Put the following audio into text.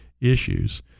issues